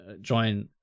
join